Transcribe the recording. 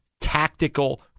tactical